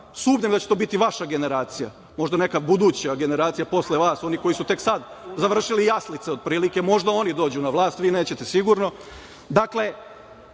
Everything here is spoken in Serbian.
sumnjam da će to biti vaša generacija, možda neka buduća generacija posle vas, oni koji su tek sad završili jaslice, otprilike, možda oni dođu na vlast, vi nećete sigurno.